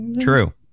True